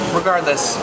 regardless